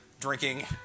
drinking